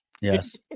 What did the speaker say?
Yes